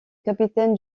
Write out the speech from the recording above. capitaine